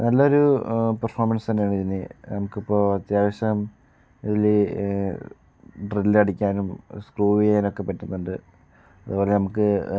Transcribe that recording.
നല്ലൊരു പെർഫോമൻസ് തന്നെയാണ് ഇതിന് നമുക്കിപ്പോൾ അത്യാവശ്യം ഇതില് ഡ്രില്ലടിക്കാനും സ്ക്രൂവ് ചെയ്യാനൊക്കെ പറ്റുന്നുണ്ട് അത്പോലെ നമുക്ക്